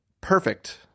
perfect